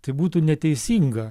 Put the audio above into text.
tai būtų neteisinga